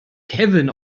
kevin